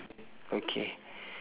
okay